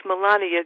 Melania